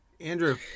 Andrew